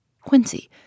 Quincy